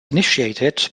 initiated